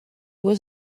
was